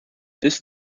this